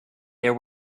there